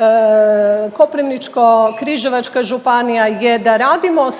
Šibensko-kninska županija da radimo